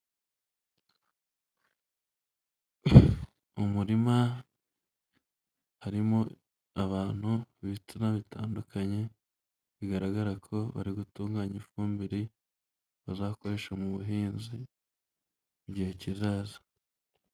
Mu murima harimo abantu b'ibitsina bitandukanye, bigaragara ko bari gutunganya ifumbire bazakoresha mu buhinzi mu gihe kizaza.